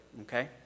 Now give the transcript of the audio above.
okay